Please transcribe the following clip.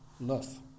love